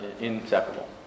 inseparable